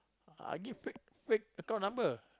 I give fake fake account number